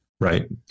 right